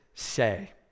say